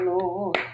Lord